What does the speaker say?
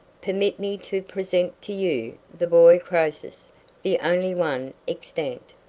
permit me to present to you the boy croesus the only one extant.